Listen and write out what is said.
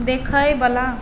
देखैवला